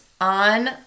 on